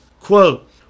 Quote